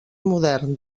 modern